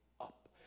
up